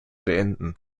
beenden